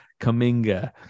Kaminga